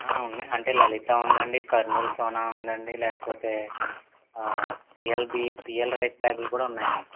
ఉన్నాయి అంటే లలితా ఉందండి కర్నూలు సోనా ఉందండి లేకపోతే పిఎల్బి బియ్యం పిఎల్ రైస్ బ్యాగ్లు కూడా ఉన్నాయండి